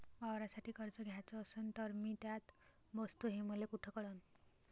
वावरासाठी कर्ज घ्याचं असन तर मी त्यात बसतो हे मले कुठ कळन?